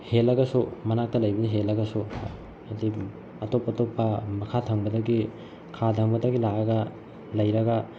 ꯍꯦꯜꯂꯒꯁꯨ ꯃꯅꯥꯛꯇ ꯂꯩꯕꯅ ꯍꯦꯜꯂꯒꯁꯨ ꯍꯥꯏꯗꯤ ꯑꯇꯣꯞ ꯑꯇꯣꯞꯄ ꯃꯈꯥ ꯊꯪꯕꯗꯒꯤ ꯈꯥ ꯊꯪꯕꯗꯒꯤ ꯂꯥꯛꯑꯒ ꯂꯩꯔꯒ